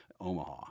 Omaha